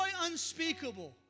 unspeakable